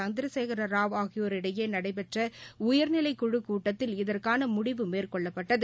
சந்திரசேகரராவ் ஆகியோரிடையே நடைபெற்ற உயர்நிலைக்குழுக் கூட்டத்தில் இதற்கான முடிவு மேற்கொள்ளப்பட்டது